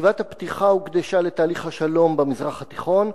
ישיבת הפתיחה הוקדשה לתהליך השלום במזרח התיכון,